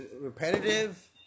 repetitive